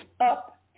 up